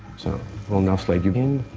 so we'll now slide you in.